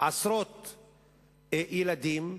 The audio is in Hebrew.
עשרות ילדים,